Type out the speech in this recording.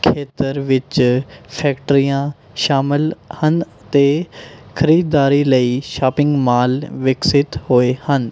ਖੇਤਰ ਵਿੱਚ ਫੈਕਟਰੀਆਂ ਸ਼ਾਮਿਲ ਹਨ ਅਤੇ ਖਰੀਦਦਾਰੀ ਲਈ ਸ਼ਾਪਿੰਗ ਮਾਲ ਵਿਕਸਿਤ ਹੋਏ ਹਨ